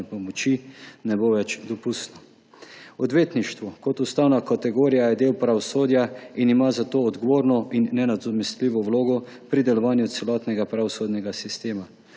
pomoči ne bo več dopustno. Odvetništvo kot ustavna kategorija je del pravosodja in ima zato odgovorno in nenadomestljivo vlogo pri delovanju celotnega pravosodnega sistema.